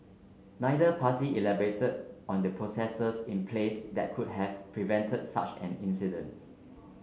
neither party elaborated on the processes in place that could have prevented such an incident